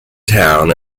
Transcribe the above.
town